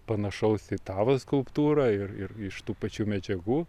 panašaus į tavąją skulptūrą ir ir iš tų pačių medžiagų